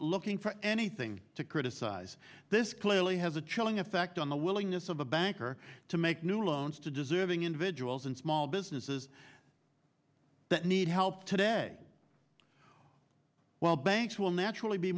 looking for anything to criticize this clearly has a chilling effect on the willingness of a banker to make new loans to deserving individuals and small businesses that need help today while banks will naturally be